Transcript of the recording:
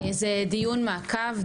זה דיון מעקב,